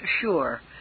sure